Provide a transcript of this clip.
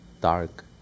dark